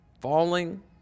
falling